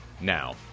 Now